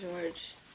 George